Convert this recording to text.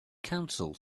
council